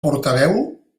portaveu